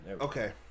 Okay